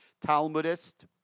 Talmudist